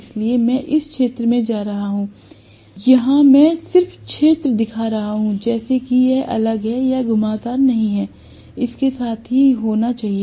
इसलिए मैं इस क्षेत्र में जा रहा हूं यहां मैं सिर्फ क्षेत्र दिखा रहा हूं जैसे कि यह अलग है यह घुमावदार नहीं है इसके साथ ही होना चाहिए